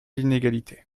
l’inégalité